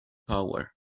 power